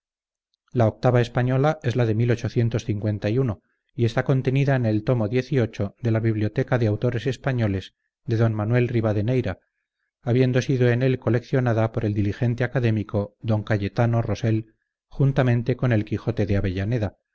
la octava española es la de y está contenida en el tomo xviii de la biblioteca de autores españoles de d manuel rivadeneyra habiendo sido en él coleccionada por el diligente académico d cayetano rosell juntamente con el quijote de avellaneda